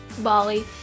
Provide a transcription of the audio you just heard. Bali